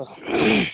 तऽ